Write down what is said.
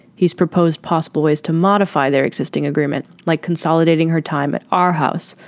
he's proposed possible ways to modify their existing agreement, like consolidating her time at our house.